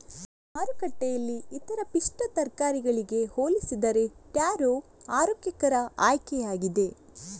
ಮಾರುಕಟ್ಟೆಯಲ್ಲಿ ಇತರ ಪಿಷ್ಟ ತರಕಾರಿಗಳಿಗೆ ಹೋಲಿಸಿದರೆ ಟ್ಯಾರೋ ಆರೋಗ್ಯಕರ ಆಯ್ಕೆಯಾಗಿದೆ